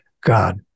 God